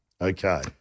Okay